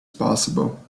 possible